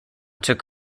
took